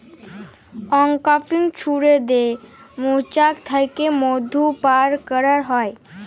uncapping ছুরি দিয়ে মোচাক থ্যাকে মধু ব্যার ক্যারা হয়